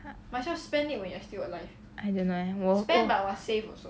I don't know eh 我我